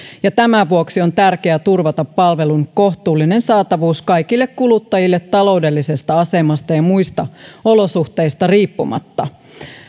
minkä vuoksi on tärkeää turvata palvelun kohtuullinen saatavuus kaikille kuluttajille taloudellisesta asemasta ja ja muista olosuhteista riippumatta